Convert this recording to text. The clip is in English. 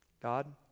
god